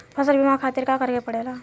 फसल बीमा खातिर का करे के पड़ेला?